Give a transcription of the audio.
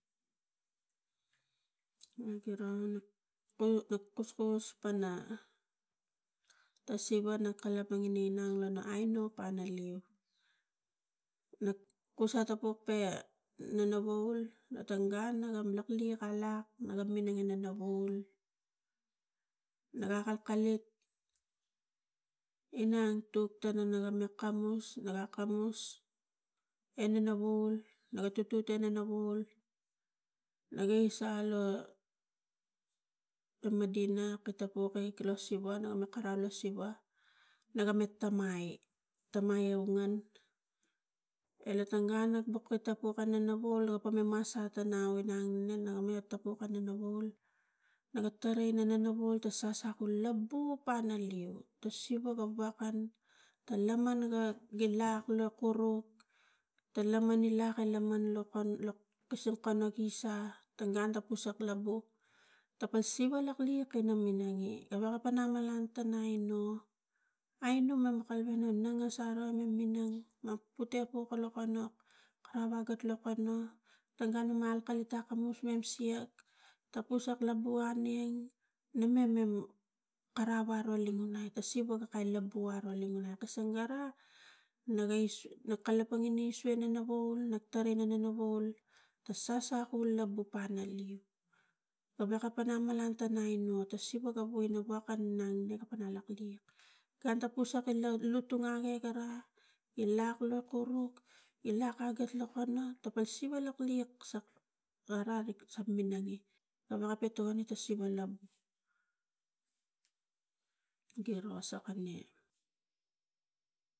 Le giro naga kuskus pana ta siva e kalapang i inang mana aino panaleu na kus ata puk te nonovaul matang gun naga lak liak alak minang e nonovaul na ka akalkalit inang tuk me ina akamus akamus e nonovaul naga tutut e nonovaul nagi esa lo kam madina kata puke lo siva na karau e lo siva na mik tamai, tamai ongan e latang gun nak buk kata puk an nonovaul ga pome mas atan au ina animem no me tapuk nonovaul naga tarai e nonovaul sasak labu panaleu lo siva ga wekan ta laman ga gi lak lo kuru ta laman i lak la laman lokon kasai kana gi sang tang gun ta pusak labu tapa siva lak liak ina minang e a weka pan a malang ta nainu, aino ma kalapang in ngangas aro ina minang no pute puk ko lokono. Kara wa gek lokono tang gun mem a akalit takamus mem siak tapus at labu aneng na mema karau aro limunite ta siva ga kai labu ara ina kasang gara naga isua ga kalapang ina isua nonovaul lo nonovaul ta sasak labuta e leu aweka pana malang ta naino ta siva ga voi na waka nang neka pana lak liak gun ta pusak ina nutu ngage gara i laklo kuru i lak aget lokono siva lak liak ara rik sak minang e wakape tokoni ta siva lab giro sakania.